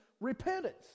repentance